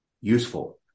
useful